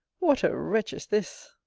what a wretch is this!